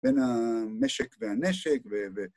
‫בין המשק והנשק.